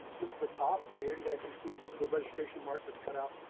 this is the top right here. you guys can see these are the registration marks of cut out.